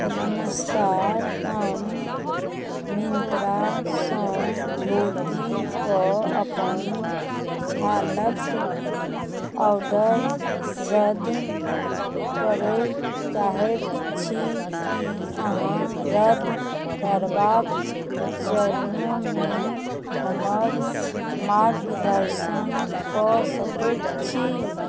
नमस्कार हम मिन्त्रासँ धोतीके अपन हालक ऑर्डर रद्द करय चाहैत छी की अहाँ रद्द करबाक चरणों मे हमर मार्गदर्शन कऽ सकैत छी